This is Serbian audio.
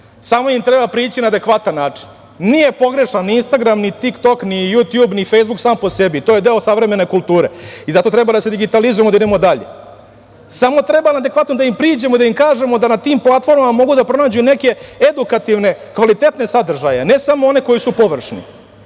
Samo im treba prići na adekvatan način. Nije pogrešan ni „Instagram“, ni „Tik-tok“, ni „Jutjub“, ni „Fejsbuk“ sam po sebi, to je deo savremene kulture i zato treba da se digitalizujemo i da idemo dalje. Samo treba adekvatno da im priđemo, da im kažemo na tim platformama mogu da pronađu neke edukativne, kvalitetne sadržaje, a ne samo one koji su površni,